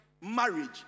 marriage